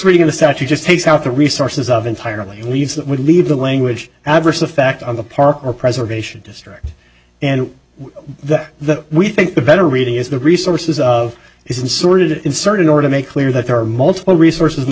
reading of the statute just takes out the resources of entirely leaves that would leave the language adverse effect on the park or preservation district and that that we think the better reading is the resources of is inserted in certain order to make clear that there are multiple resources in the